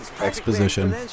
exposition